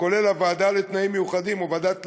כולל הוועדה לתנאים מיוחדים או ועדת למ"ד,